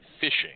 fishing